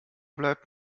bleibt